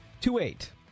Two-eight